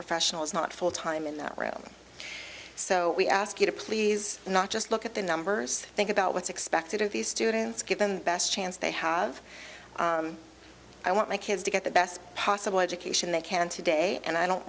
professional is not full time in the room so we ask you to please not just look at the numbers think about what's expected of these students given the best chance they have i want my kids to get the best possible education they can today and i don't